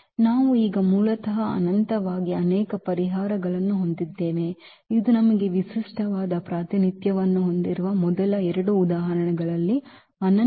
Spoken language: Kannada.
ನಾವು ಈಗ ಮೂಲತಃ ಅನಂತವಾಗಿ ಅನೇಕ ಪರಿಹಾರಗಳನ್ನು ಹೊಂದಿದ್ದೇವೆ ಇದು ನಮಗೆ ವಿಶಿಷ್ಟವಾದ ಪ್ರಾತಿನಿಧ್ಯವನ್ನು ಹೊಂದಿರುವ ಮೊದಲ ಎರಡು ಉದಾಹರಣೆಗಳಲ್ಲಿ ಅನನ್ಯವಲ್ಲದ ಪ್ರಾತಿನಿಧ್ಯವಾಗಿದೆ